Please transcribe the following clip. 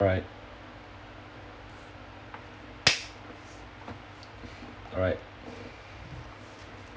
alright alright